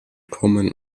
kommen